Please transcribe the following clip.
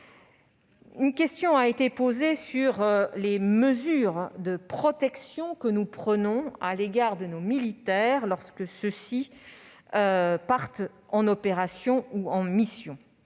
Une question a été posée sur les mesures de protection que nous prenons à l'égard de nos militaires lorsque ceux-ci partent en opération ou en mission.